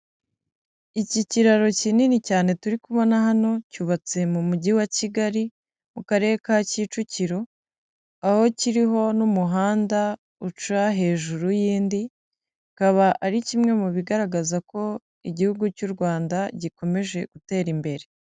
Iki kiraro kinini cyane turi kubona hano, cyubatse mu mujyi wa Kigali mu Karere ka Kicukiro, aho kiriho n'umuhanda uca hejuru y'indi, kikaba ari kimwe mu bigaragaza ko igihugu cy'u Rwanda gikomeje gutera imbere.